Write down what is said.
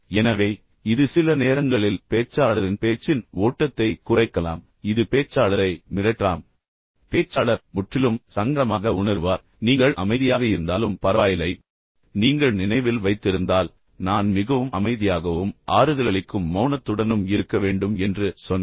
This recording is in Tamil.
எனவே இது சில நேரங்களில் பேச்சாளரின் பேச்சின் ஓட்டத்தை குறைக்கலாம் இது பேச்சாளரை மிரட்டலாம் மேலும் ஒரு சுறுசுறுப்பான கேட்பவராக மாறுவதற்கான நெறிமுறைகளுக்கு எதிராக பேச்சாளர் முற்றிலும் சங்கடமாக உணருவார் நீங்கள் அமைதியாக இருந்தாலும் பரவாயில்லை நீங்கள் நினைவில் வைத்திருந்தால் நான் மிகவும் அமைதியாகவும் ஆறுதலளிக்கும் மௌனத்துடனும் இருக்க வேண்டும் என்று சொன்னேன்